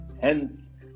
Hence